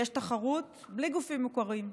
יש תחרות בלי גופים מוכרים,